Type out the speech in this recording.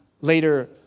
later